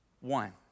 one